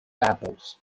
apples